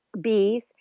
bees